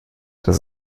das